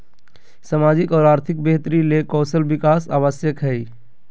सामाजिक और आर्थिक बेहतरी ले कौशल विकास आवश्यक हइ